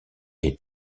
est